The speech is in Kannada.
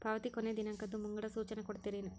ಪಾವತಿ ಕೊನೆ ದಿನಾಂಕದ್ದು ಮುಂಗಡ ಸೂಚನಾ ಕೊಡ್ತೇರೇನು?